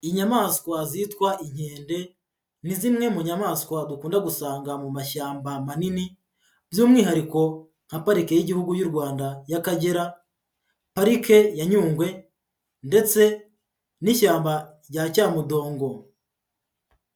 Inyamaswa zitwa inkende, ni zimwe mu nyamaswa dukunda gusanga mu mashyamba manini, by'umwihariko nka Parike y'Igihugu y'u Rwanda y'Akagera, parike ya Nyungwe ndetse n'ishyamba rya Cyamudongo.